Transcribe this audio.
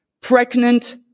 pregnant